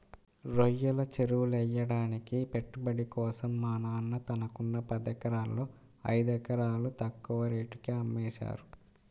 రొయ్యల చెరువులెయ్యడానికి పెట్టుబడి కోసం మా నాన్న తనకున్న పదెకరాల్లో ఐదెకరాలు తక్కువ రేటుకే అమ్మేశారు